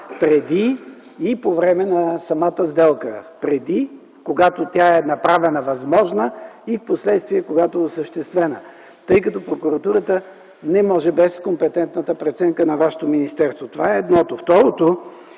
преди и по време на самата сделка. Преди – когато тя е направена възможна, и впоследствие – когато е осъществена, тъй като прокуратурата не може без компетентната преценка на вашето министерство. Това е едното. Второто,